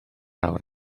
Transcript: awr